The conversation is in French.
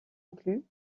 inclut